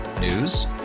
News